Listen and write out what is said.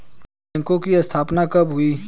बैंकों की स्थापना कब हुई?